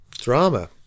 drama